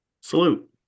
Salute